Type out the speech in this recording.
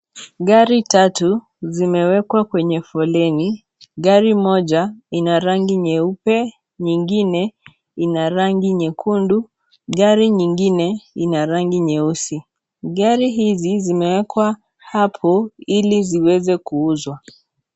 Gari tatu zimewekwa kwenye foleni. Gari moja ina rangi nyeupe nyingine ina rangi nyekundu. Gari nyingine ina rangi nyeusi. Gari hizi zimewekwa hapo ili ziweze kuuzwa.